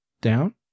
down